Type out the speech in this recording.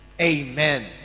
Amen